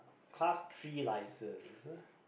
class three license